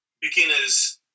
beginners